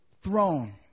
throne